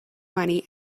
money